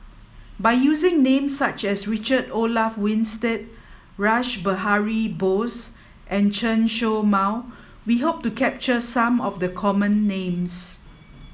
by using names such as Richard Olaf Winstedt Rash Behari Bose and Chen Show Mao we hope to capture some of the common names